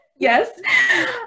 Yes